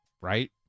right